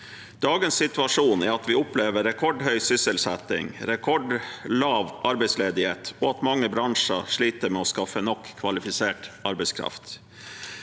Dagens situasjon er at vi opplever rekordhøy sysselsetting, rekordlav arbeidsledighet og at mange bransjer sliter med å skaffe nok kvalifisert arbeidskraft.